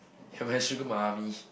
you're my sugar mummy